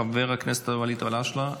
חבר הכנסת ואליד אלהואשלה,